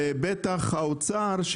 ובטח האוצר,